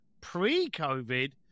pre-COVID